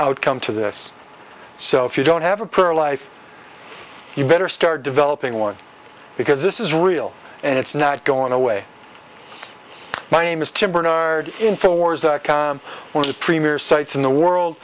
outcome to this so if you don't have a pro life you better start developing one because this is real and it's not going away my name is tim bernard info wars were the premier sites in the world